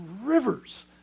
rivers